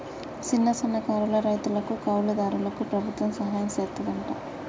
సిన్న, సన్నకారు రైతులకు, కౌలు దారులకు ప్రభుత్వం సహాయం సెత్తాదంట